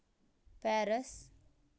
Paris